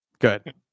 Good